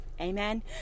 amen